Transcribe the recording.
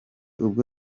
ubwo